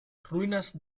ruinas